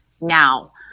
now